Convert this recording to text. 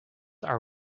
are